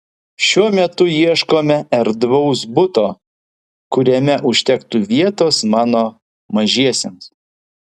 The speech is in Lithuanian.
šiuo metu ieškome erdvaus buto kuriame užtektų vietos mano mažiesiems